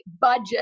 budget